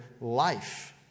life